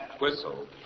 whistle